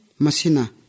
Masina